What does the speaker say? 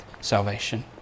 salvation